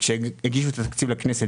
כאשר הגישו את התקציב לכנסת,